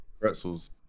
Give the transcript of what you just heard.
Pretzels